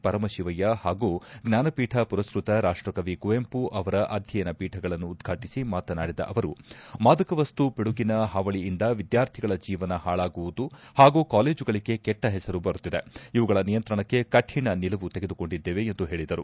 ಪರಮಶಿವಯ್ಯ ಹಾಗೂ ಜ್ಞಾನಪೀಠ ಮರಸ್ವತ ರಾಷ್ಟಕವಿ ಕುವೆಂಪು ಅವರ ಅಧ್ಯಯನ ಪೀಠಗಳನ್ನು ಉದ್ಘಾಟಿಸಿ ಮಾತನಾಡಿದ ಅವರು ಮಾದಕವಸ್ತು ಪಿಡುಗಿನ ಹಾವಳಿಯಿಂದ ವಿದ್ಯಾರ್ಥಿಗಳ ಜೀವನ ಹಾಳಾಗುವುದು ಪಾಗೂ ಕಾಲೇಜುಗಳಿಗೆ ಕೆಟ್ಟ ಹೆಸರು ಬರುತ್ತಿದೆ ಇವುಗಳ ನಿಯಂತ್ರಣಕ್ಕೆ ಕಠಿಣ ನಿಲುವು ತೆಗೆದುಕೊಂಡಿದ್ದೇವೆ ಎಂದು ಹೇಳಿದರು